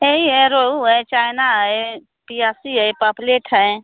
यही है रोहू है चायना है पियासी है पापलेट हैं